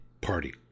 party